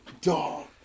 dog